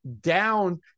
down